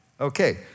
Okay